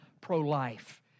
pro-life